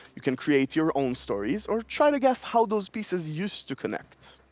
you can create your own stories or try to guess how those pieces used to connect.